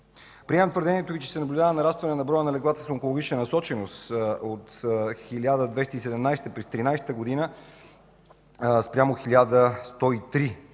Приемам твърдението Ви, че се наблюдава нарастване броя на леглата с онкологична насоченост от 1217 през 2013 г. спрямо 1103